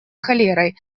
холерой